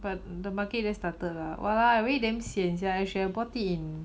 but the market just started lah !wah! lah I really damn sian sia I should have bought it in